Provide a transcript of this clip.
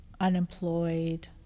Unemployed